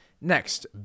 Next